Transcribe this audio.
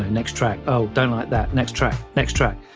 next track, ah don't like that, next track, next track.